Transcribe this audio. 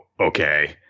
okay